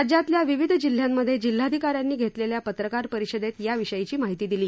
राज्यातल्या विविध जिल्ह्यांमधे जिल्हाधिका यांनी घेतलेल्या पत्रकार परिषदेत याविषयीची माहिती दिली